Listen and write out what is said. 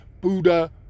Buddha